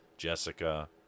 Jessica